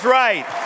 right